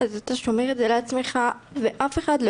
אז אתה שומר את זה לעצמך ואף אחד לא